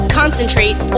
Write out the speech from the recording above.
concentrate